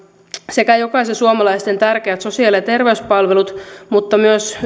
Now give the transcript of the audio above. jokaisen suomalaisen tärkeät sosiaali ja terveyspalvelut mutta myös